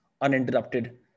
uninterrupted